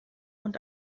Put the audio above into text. und